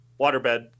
waterbed